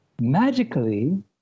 magically